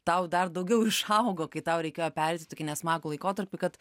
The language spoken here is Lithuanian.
tau dar daugiau išaugo kai tau reikėjo pereiti tokį nesmagų laikotarpį kad